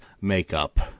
makeup